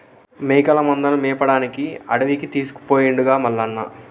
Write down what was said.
మేకల మందను మేపడానికి అడవికి తీసుకుపోయిండుగా మల్లన్న